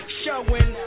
showing